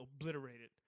obliterated